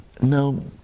Now